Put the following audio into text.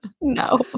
no